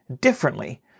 differently